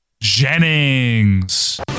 Jennings